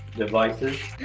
devices.